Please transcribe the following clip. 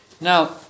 Now